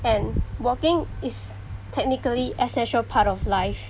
and walking is technically essential part of life